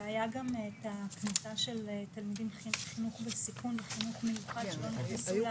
עלה כאן הנושא של תלמידים בחינוך מיוחד ובסיכון.